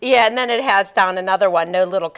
yeah and then it has down another one no little